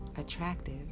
attractive